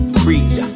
creed